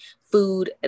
food